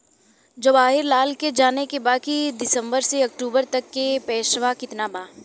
जवाहिर लाल के जाने के बा की सितंबर से अक्टूबर तक के पेसवा कितना बा?